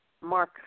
Mark